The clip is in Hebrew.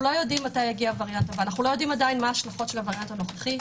לא יודעים מה השלכות של הנוכחי.